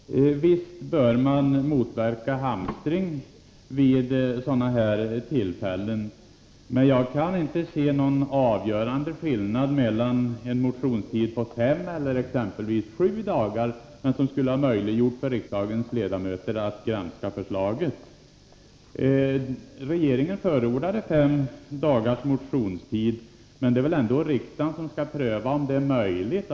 Herr talman! Visst bör man motverka hamstring vid sådana här tillfällen. Men jag kan inte se någon avgörande skillnad mellan en motionstid på fem och exempelvis sju dagar, förutom att sju dagar skulle ha möjliggjort för riksdagens ledamöter att granska förslaget. Regeringen förordade fem dagars motionstid, men det är väl ändå riksdagen som skall pröva om det är möjligt.